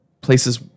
places